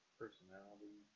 personality